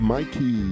Mikey